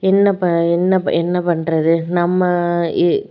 என்ன ப என்ன ப என்ன பண்ணுறது நம்ம இ